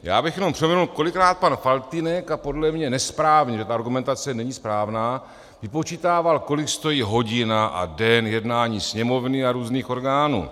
Já bych jenom připomenul, kolikrát pan Faltýnek, a podle mě nesprávně, ta argumentace není správná, vypočítával, kolik stojí hodina a den jednání Sněmovny a různých orgánů.